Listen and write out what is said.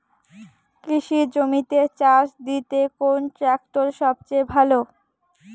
কৃষি জমিতে চাষ দিতে কোন ট্রাক্টর সবথেকে ভালো?